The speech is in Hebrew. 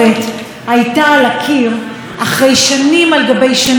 על גבי שנים של אלימות מילולית ופיזית.